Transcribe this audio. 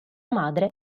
madre